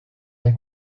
der